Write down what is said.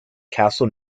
castle